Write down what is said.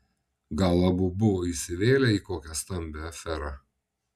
gal abu buvo įsivėlę į kokią stambią aferą